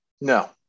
No